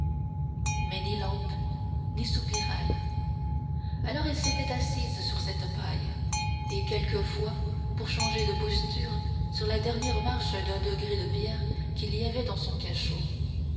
mais ni lampe ni soupirail alors elle s'était assise sur cette paille et quelquefois pour changer de posture sur la dernière marche d'un degré de pierre qu'il y avait dans son cachot